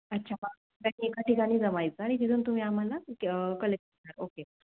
अच्छा सगळ्यांनी एका ठिकाणी जमायचं आणि तिथून तुम्ही आम्हाला क कलेक्ट कराल ओके